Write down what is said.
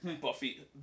Buffy